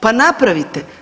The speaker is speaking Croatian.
Pa napravite!